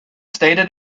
stated